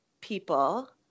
people